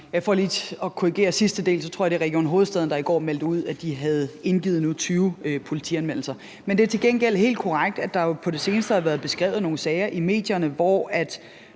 For lige at korrigere sidste del vil jeg sige, at jeg tror, det er Region Hovedstaden, der i går meldte ud, at de nu havde indgivet 20 politianmeldelser. Men det er til gengæld helt korrekt, at der jo på det seneste har været beskrevet nogle sager i medierne, hvor nogle